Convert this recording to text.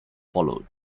followed